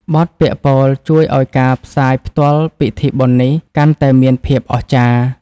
បទពាក្យពោលជួយឱ្យការផ្សាយផ្ទាល់ពិធីបុណ្យនេះ កាន់តែមានភាពអស្ចារ្យ។